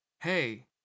Hey